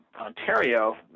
Ontario